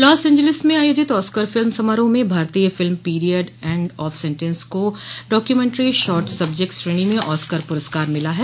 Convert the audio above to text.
loss Angeles में आयोजित Oscar film समारोह में भारतोय film period end of sentence को डॉक्यूमेंट्री शॉर्ट सबजेक्ट श्रेणी में ऑस्कर पुरस्कार मिला है